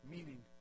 Meaning